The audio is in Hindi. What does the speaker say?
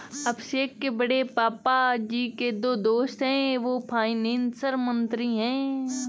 अभिषेक के बड़े पापा जी के जो दोस्त है वो फाइनेंस मंत्री है